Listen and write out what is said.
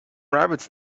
rabbits